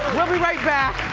we'll be right back.